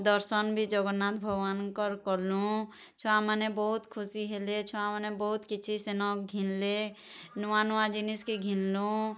ଦର୍ଶନ୍ ଭି ଜଗନ୍ନାଥ୍ ଭଗବାନକଁର୍ କନୁଁ ଛୁଆମାନେ ବହୁତ୍ ଖୁସି ହେଲେ ଛୁଆମାନେ ବହୁତ୍ କିଛି ସେନ ଘିନ୍ଲେ ନୂଆ ନୂଆ ଜିନିଷ୍କେ ଘିନ୍ଲୁଁ